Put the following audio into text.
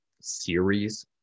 series